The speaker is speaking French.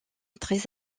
très